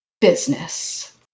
business